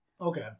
okay